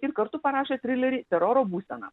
ir kartu parašė trilerį teroro būsena